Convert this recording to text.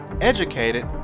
educated